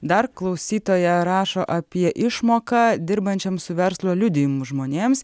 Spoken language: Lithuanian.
dar klausytoja rašo apie išmoką dirbančiam su verslo liudijimu žmonėms